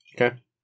Okay